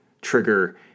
trigger